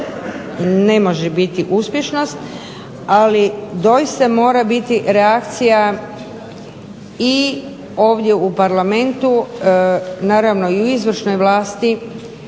ne može biti uspješnost ali doista mora biti reakcija i ovdje u Parlamentu naravno i u izvršnoj vlasti